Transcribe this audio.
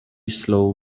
slow